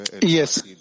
Yes